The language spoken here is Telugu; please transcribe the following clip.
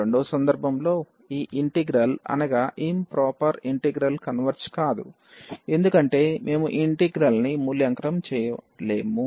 రెండవ సందర్భంలో ఈ ఇంటిగ్రల్ అనగా ఇంప్రొపెర్ ఇంటిగ్రల్ కన్వెర్జ్ కాదు ఎందుకంటే మేము ఈ ఇంటిగ్రల్ని మూల్యాంకనం చేయలేము